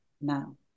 now